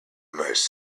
must